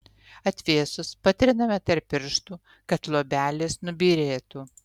atvėsus patriname tarp pirštų kad luobelės nubyrėtų